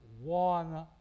one